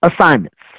assignments